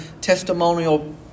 testimonial